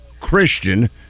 Christian